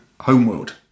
Homeworld